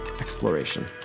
exploration